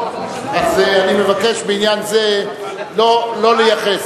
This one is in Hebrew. אז אני מבקש בעניין זה לא לייחס,